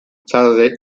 tarde